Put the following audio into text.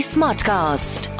Smartcast